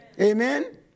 Amen